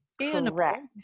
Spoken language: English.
Correct